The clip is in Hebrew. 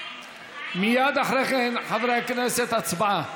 מייד אחרי כן, חברי הכנסת, הצבעה.